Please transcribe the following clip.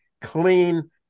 clean